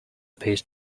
piece